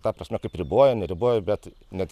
ta prasme kaip riboja neriboja bet net